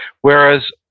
Whereas